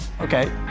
Okay